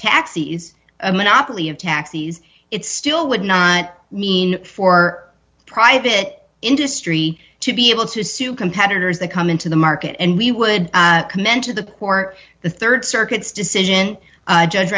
taxis a monopoly of taxis it still would not mean for private industry to be able to sue competitors that come into the market and we would commend to the port the rd circuit's decision